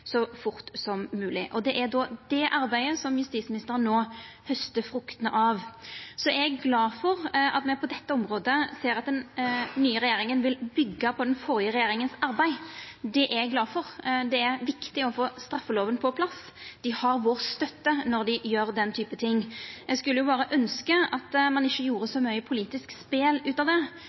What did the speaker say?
så fort som mogleg. Og det er det arbeidet justisministeren no haustar fruktene av. Så eg er glad for at me på dette området ser at den nye regjeringa vil byggja på den førre regjeringa sitt arbeid. Det er viktig å få straffelova på plass. Regjeringa har vår støtte når ho gjer den type ting. Eg skulle berre ønskja at ein ikkje gjorde så mykje politisk spel ut av dei sakene som me har eit felles eigarskap til. Det er ikkje oppskrifta på gode løysingar, og det